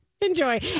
Enjoy